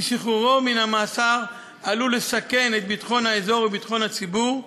כי שחרורו מן המאסר עלול לסכן את ביטחון האזור וביטחון הציבור.